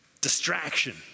distraction